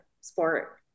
sport